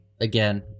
Again